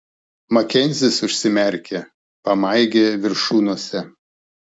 makenzis užsimerkė pamaigė viršunosę